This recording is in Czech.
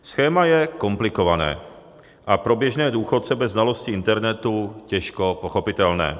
Schéma je komplikované a pro běžné důchodce bez znalosti internetu těžko pochopitelné.